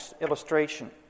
illustration